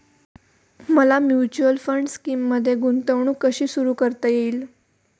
मला mutual fund स्कीममध्ये गुंतवणूक कशी सुरू करता येईल?